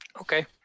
Okay